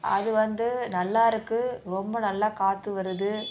அது வந்து நல்லா இருக்குது ரொம்ப நல்லா காற்று வருது